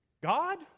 God